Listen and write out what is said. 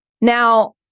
Now